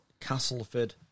Castleford